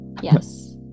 Yes